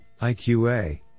IQA